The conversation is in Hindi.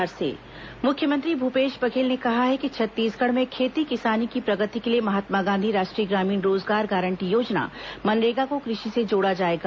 मुख्यमंत्री मनरेगा मुख्यमंत्री भूपेश बघेल ने कहा है कि छत्तीसगढ़ में खेती किसानी की प्रगति के लिए महात्मा गांधी राष्ट्रीय ग्रामीण रोजगार गारंटी योजना मनरेगा को कृषि से जोड़ा जाएगा